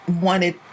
wanted